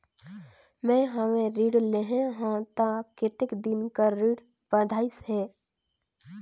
मैं हवे ऋण लेहे हों त कतेक दिन कर किस्त बंधाइस हे?